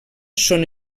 són